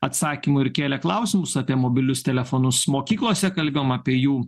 atsakymų ir kėlė klausimus apie mobilius telefonus mokyklose kalbėjom apie jų